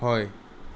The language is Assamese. হয়